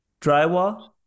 drywall